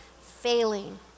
failing